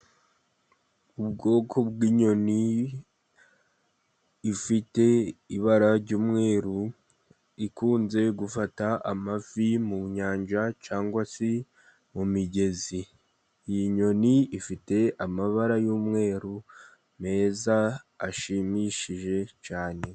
Ubwoko bw'inyoni ifite ibara ry'umweru, ikunze gufata amafi mu nyanja cyangwa se mu migezi. Iyi nyoni ifite amabara y'umweru meza, ashimishije cyane.